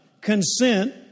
consent